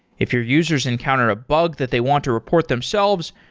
if your users encounter a bug that they want to report themselves,